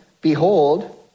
behold